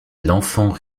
l’enfant